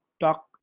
talk